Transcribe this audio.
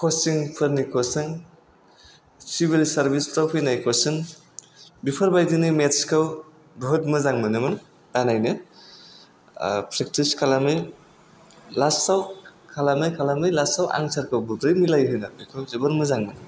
कसिंफोरनि खुइसोन चिभिल सारभिस फ्राव फैनाय खुइसोन बेफोरबायदिनो मेत्सखौ बुहुद मोजांमोनोमोन बानायनो प्रेक्टिस खालामो लासाव खालामै खालामै लासाव आनसारखौ बोरै मिलायहोनो बेखौ जोबोर मोजां मोनो